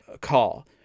call